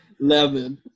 lemon